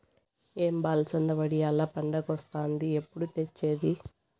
ఏం బా అలసంద వడియాల్ల పండగొస్తాంది ఎప్పుడు తెచ్చేది